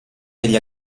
degli